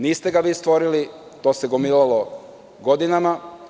Niste ga vi stvorili, to se gomilalo godinama.